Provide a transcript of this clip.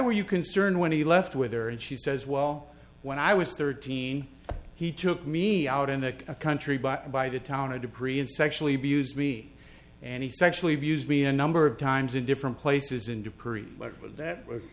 were you concerned when he left with her and she says well when i was thirteen he took me out in the country but by the town a degree and sexually abused me and he sexually abused me a number of times in different places and dupree but that was